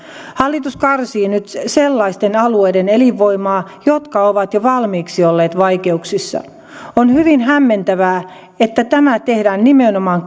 hallitus karsii nyt sellaisten alueiden elinvoimaa jotka ovat jo valmiiksi olleet vaikeuksissa on hyvin hämmentävää että tämä tehdään nimenomaan